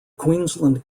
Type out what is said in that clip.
queensland